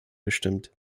gestimmt